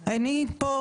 היית פה בתחילת הדיון?